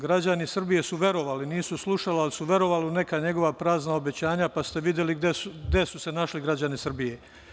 Građani Srbije su verovali, nisu slušali ali su verovali u neka njegova prazna obećanja pa ste videli gde su se našli građani Srbije.